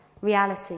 reality